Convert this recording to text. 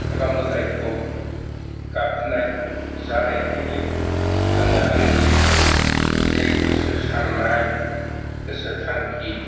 एबा मोदायखौ गाब्रिनाय जानायखायनो आङो आंनि जे गोसो साननाय गोसो थांखि